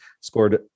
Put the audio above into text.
scored